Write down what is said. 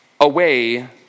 Away